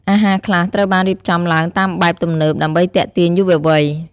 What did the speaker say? អាហារខ្លះត្រូវបានរៀបចំឡើងតាមបែបទំនើបដើម្បីទាក់ទាញយុវវ័យ។